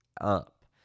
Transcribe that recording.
up